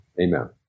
amen